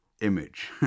image